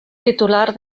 titular